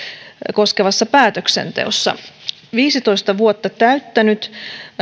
koskevassa päätöksenteossa viisitoista vuotta täyttänyt